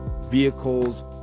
vehicles